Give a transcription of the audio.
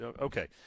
Okay